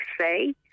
say